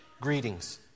Greetings